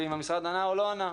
ואם המשרד ענה או לא ענה,